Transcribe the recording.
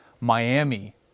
Miami